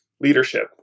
leadership